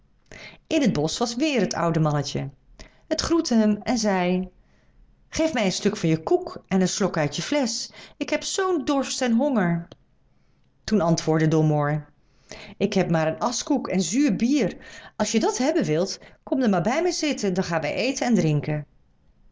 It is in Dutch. in het bosch was weêr het oude mannetje het groette hem en zei geef mij een stuk van je koek en een slok uit je flesch ik heb zoo'n dorst en honger toen antwoordde domoor ik heb maar een aschkoek en zuur bier als je dat hebben wilt kom dan maar bij mij zitten dan gaan wij eten en drinken